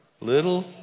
Little